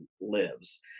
lives